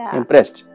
impressed